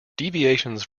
deviations